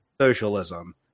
socialism